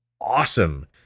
awesome